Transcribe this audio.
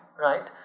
right